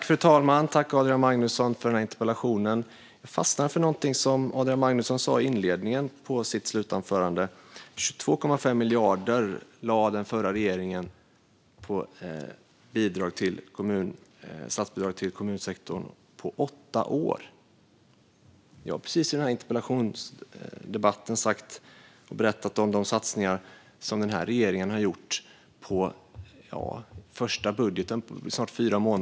Fru talman! Tack, Adrian Magnusson, för interpellationen! Jag fastnade för någonting som Adrian Magnusson sa i inledningen av sitt slutanförande. Han sa att den förra regeringen lade 22,5 miljarder på statsbidrag till kommunsektorn på åtta år. Jag har i denna interpellationsdebatt berättat om de satsningar som denna regering har gjort i sin första budget.